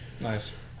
Nice